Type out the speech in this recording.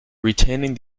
retaining